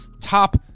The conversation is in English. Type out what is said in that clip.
top